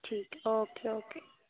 ठीक ऐ okay okay